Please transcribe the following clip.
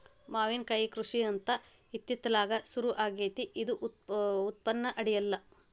ಮಾವಿನಕಾಯಿ ಕೃಷಿ ಅಂತ ಇತ್ತಿತ್ತಲಾಗ ಸುರು ಆಗೆತ್ತಿ ಇದು ಉತ್ಪನ್ನ ಅಡಿಯಿಲ್ಲ